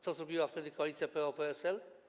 Co zrobiła wtedy koalicja PO-PSL?